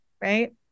Right